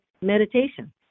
meditation